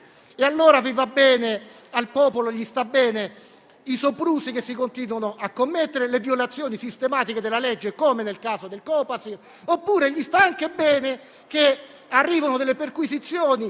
allora al popolo stanno bene i soprusi che si continuano a commettere e le violazioni sistematiche della legge, come nel caso del Copasir; oppure gli sta anche bene che arrivino perquisizioni